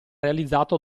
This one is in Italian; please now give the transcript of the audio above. realizzato